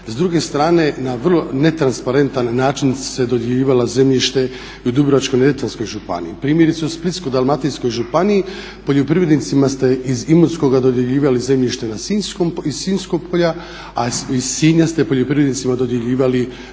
S druge strane, na vrlo netransparentan način se dodjeljivalo zemljište i u Dubrovačko-neretvanskoj županiji. Primjerice u Splitsko-dalmatinskoj županiji poljoprivrednicima ste iz Imotskoga dodjeljivali zemljište iz Sinskog polja, a iz Sinja ste poljoprivrednicima dodjeljivali